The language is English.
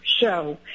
show